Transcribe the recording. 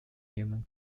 human